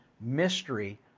Mystery